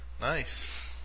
Nice